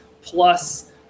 plus